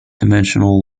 dimensional